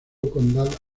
condal